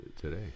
today